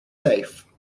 safe